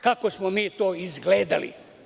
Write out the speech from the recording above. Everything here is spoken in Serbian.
Kako smo mi to izgledali?